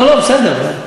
לא לא, בסדר.